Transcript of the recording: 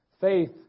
Faith